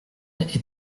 est